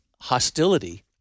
hostility